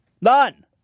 None